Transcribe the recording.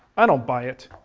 i don't buy it.